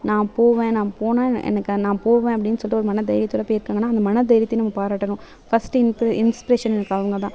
நான் போவேன் நான் போனால் எனக்கு நான் போவேன் அப்படின் சொல்லிவிட்டு ஒரு மன தையரியத்தோட போயிருக்காங்கனால் அந்த மன தையரியத்தயும் நம்ம பாராட்டணும் ஃபஸ்ட்டு இன்பி இன்ஸ்பிரேஷன் அவங்கதான்